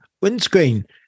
windscreen